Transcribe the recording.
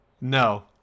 no